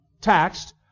taxed